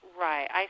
Right